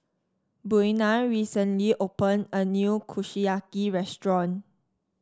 Buena recently opened a new Kushiyaki restaurant